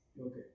Okay